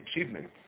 achievement